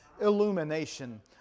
illumination